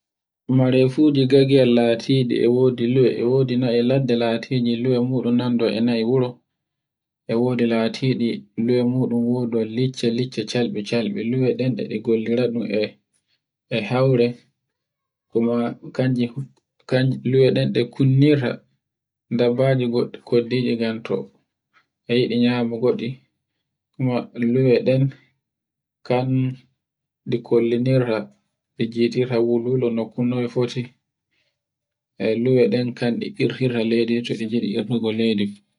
Marefuji gagale latiɗi e wodi luwe, e wodi na'I ladde latiɗi luwe muɗum nando e na'I wuro. E wodi latiɗi luwe muɗun wudo licci-licce calɓi-calɓi luwe den e de gollira dun e haure kuma luwe den ɗe kunnirta dabbaji goɗɗi koddije ngan tokko eyi ɗi nyamu goɗɗi, kuma luwe ɗen kan ɗin kollinirta e gi'eteji wulwulo nokko no e foti e luwe ɗen kanɗi irtinta leydi to ɗi ngiɗi irtita leydi fu.